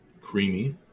creamy